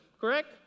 Correct